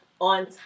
on